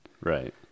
Right